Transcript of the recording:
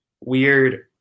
weird